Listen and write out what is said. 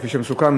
כפי שמסוכם,